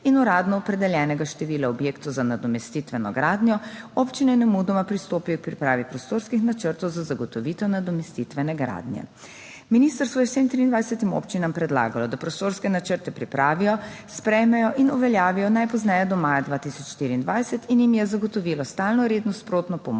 in uradno opredeljenega števila objektov za nadomestitveno gradnjo, občine nemudoma pristopijo k pripravi prostorskih načrtov za zagotovitev nadomestitvene gradnje. Ministrstvo je vsem 23 občinam predlagalo, da prostorske načrte pripravijo, sprejmejo in uveljavijo najpozneje do maja 2024 in jim je zagotovilo stalno, redno, sprotno pomoč